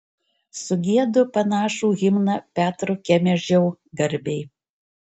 sugiedu panašų himną petro kemežio garbei